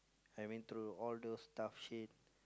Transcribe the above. I've been through all those tough shit